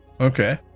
Okay